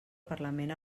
parlament